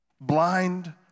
blind